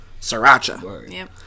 sriracha